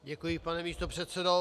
Děkuji, pane místopředsedo.